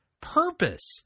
purpose